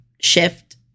shift